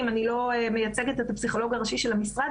- אני לא מייצגת את הפסיכולוג הראשי של המשרד,